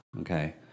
Okay